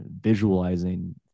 visualizing